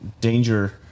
danger